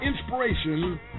inspiration